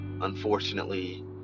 unfortunately